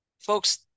Folks